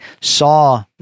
saw